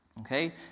Okay